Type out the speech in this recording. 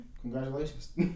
congratulations